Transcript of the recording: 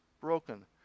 broken